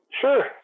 Sure